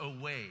away